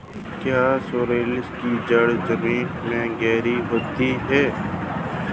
क्या सोरेल की जड़ें जमीन में गहरी होती हैं?